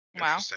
Wow